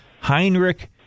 Heinrich